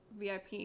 VIP